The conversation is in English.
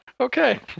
Okay